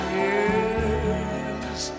yes